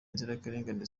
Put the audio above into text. inzirakarengane